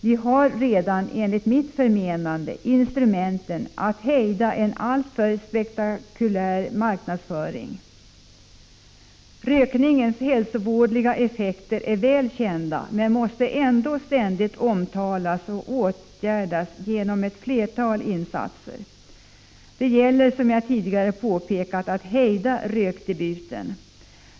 Vi har redan enligt mitt förmenande instrumenten att hejda en alltför spektakulär marknadsföring. Rökningens hälsovådliga effekter är väl kända men måste ändå ständigt omtalas och åtgärdas genom ett flertal insatser. Det gäller, som tidigare påpekats, att hejda rökdebuten.